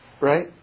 right